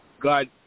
God